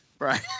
Right